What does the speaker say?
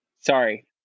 Sorry